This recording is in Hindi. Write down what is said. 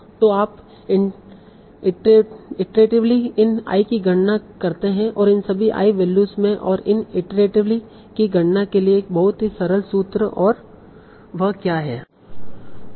तो आप इटरेटीवली इन i की गणना करते हैं इन सभी i वैल्यूज मैं और इन इटरेटीवली की गणना के लिए एक बहुत ही सरल सूत्र है और वह क्या है